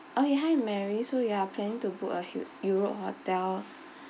okay hi mary so you are planning to book a eu~ europe hotel